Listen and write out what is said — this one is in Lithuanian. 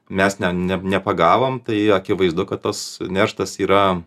mes ne ne nepagavom tai akivaizdu kad tas nerštas yra